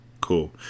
Cool